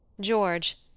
George